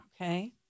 Okay